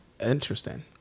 Interesting